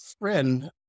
friend